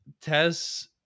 Tess